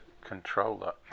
controller